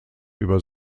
über